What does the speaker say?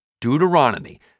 Deuteronomy